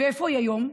ואיפה היא היום?